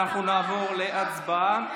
אנחנו נעבור להצבעה.